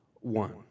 one